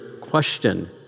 question